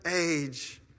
age